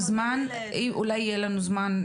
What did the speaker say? אולי יהיה לנו זמן,